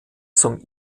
zum